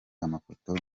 amafoto